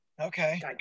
Okay